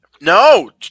no